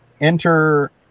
enter